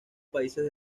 países